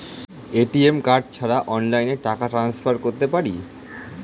ATM card ছাড়া অনলাইনে টাকা টান্সফার করতে পারি?